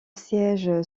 siège